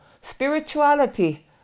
Spirituality